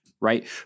right